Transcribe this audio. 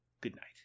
goodnight